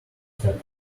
step